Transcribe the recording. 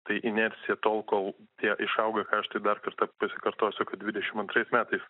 tai inercija tol kol tai išaugę kaštai dar kartą pasikartosiu kad dvidešim antrais metais